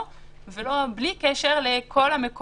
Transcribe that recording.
מבחינה פלילית אין